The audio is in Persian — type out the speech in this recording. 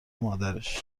مادرش